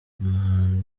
umuhanzi